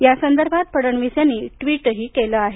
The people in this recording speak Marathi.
या संदर्भात फडणवीस यांनी ट्विटही केले आहे